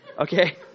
Okay